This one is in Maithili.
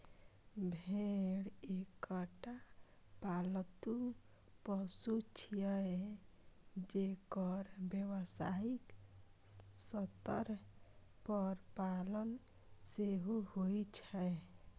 भेड़ एकटा पालतू पशु छियै, जेकर व्यावसायिक स्तर पर पालन सेहो होइ छै